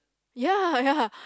ya ya